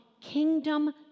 kingdom